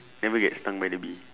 never get stung by the bee